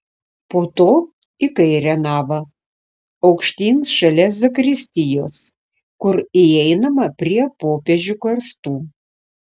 po to į kairę navą aukštyn šalia zakristijos kur įeinama prie popiežių karstų